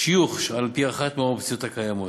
על-פי אחת מהאופציות הקיימות,